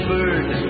Bird